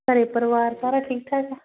ਘਰ ਪਰਿਵਾਰ ਸਾਰਾ ਠੀਕ ਠਾਕ